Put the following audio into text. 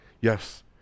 Yes